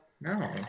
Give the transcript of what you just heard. No